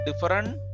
different